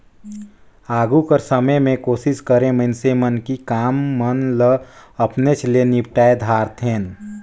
आघु कर समे में कोसिस करें मइनसे मन कि काम मन ल अपनेच ले निपटाए धारतेन